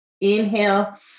Inhale